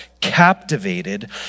captivated